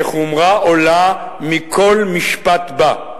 שחומרה עולה מכל משפט בה.